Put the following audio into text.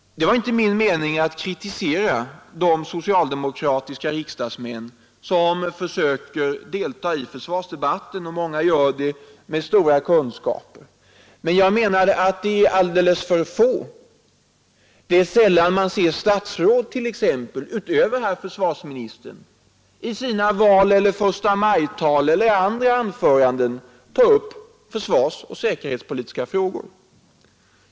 Det var inte min mening att kritisera de socialdemokratiska riksdagsmän som försöker delta i försvarsdebatten — många gör det med stora kunskaper. Men jag menar att de är alldeles för få. Det är sällan man ser t.ex. statsråd — utöver herr försvarsministern — i sina valeller förstamajtal eller andra anföranden ta upp försvarsoch säkerhetspolitiska frågor.